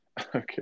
okay